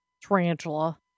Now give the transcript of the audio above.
tarantula